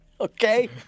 okay